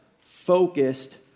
focused